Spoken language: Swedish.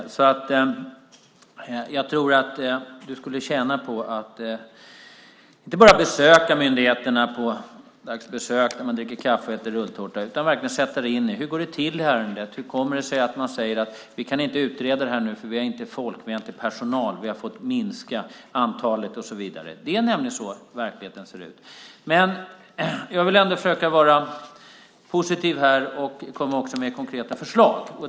Jag tror att du skulle tjäna på att inte bara besöka myndigheten med det slags besök där man dricker kaffe och äter rulltårta. Du borde verkligen sätta dig in i: Hur går det till i ärendet? Hur kommer det sig att man säger: Vi kan inte utreda det här, för vi har inte folk och har fått minska antalet anställda? Det är så verkligheten ser ut. Jag vill ändå försöka att vara positiv här och komma med konkreta förslag.